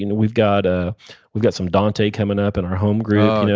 you know we've got ah we've got some dante coming up in our home group. yeah